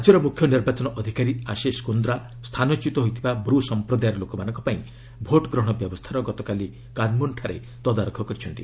ରାଜ୍ୟର ମୁଖ୍ୟ ନିର୍ବାଚନ ଅଧିକାରୀ ଆଶିଷ୍ କୁନ୍ଦ୍ରା ସ୍ଥାନଚ୍ୟୁତ ହୋଇଥିବା ବ୍ରୁ ସମ୍ପ୍ରଦାୟର ଲୋକମାନଙ୍କପାଇଁ ଭୋଟଗ୍ରହଣ ବ୍ୟବସ୍ଥାର ଗତକାଲି କାନ୍ମୁନ୍ଠାରେ ତଦାରଖ କରିଛନ୍ତି